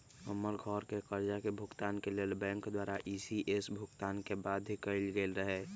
हमर घरके करजा भूगतान के लेल बैंक द्वारा इ.सी.एस भुगतान के बाध्य कएल गेल रहै